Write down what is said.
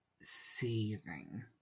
seething